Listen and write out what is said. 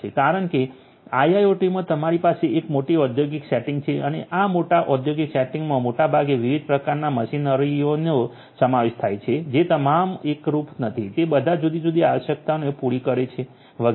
કારણ એ છે કે IIoT માં તમારી પાસે એક મોટી ઔદ્યોગિક સેટિંગ છે અને આ મોટા ઔદ્યોગિક સેટિંગમાં મોટાભાગે વિવિધ પ્રકારનાં મશીનરીઓનો સમાવેશ થાય છે જે તમામ એકરૂપ નથી તે બધાં જુદી જુદી આવશ્યકતાઓને પૂરી કરે છે વગેરે